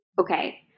Okay